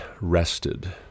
rested